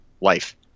life